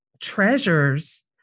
treasures